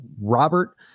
Robert